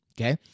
Okay